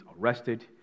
arrested